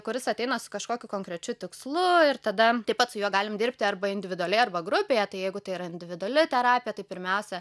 kuris ateina su kažkokiu konkrečiu tikslu ir tada taip pat su juo galim dirbti arba individualiai arba grupėje tai jeigu tai yra individuali terapija tai pirmiausia